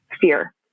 fear